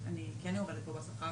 זה יצא פשוט.